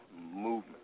movement